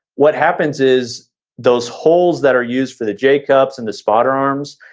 what happens is those holes that are used for the j-cups and the spotter arms,